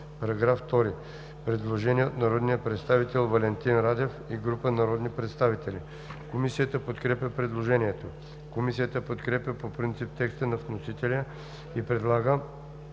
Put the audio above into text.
По § 2 има предложение от народния представител Валентин Радев и група народни представители. Комисията подкрепя предложението. Комисията подкрепя по принцип текста на вносителя и предлага